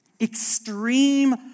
extreme